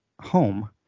home